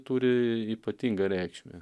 turi ypatingą reikšmę